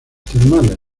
termales